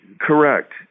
correct